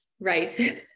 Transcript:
Right